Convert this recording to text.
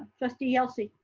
trustee yelsey.